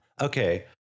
okay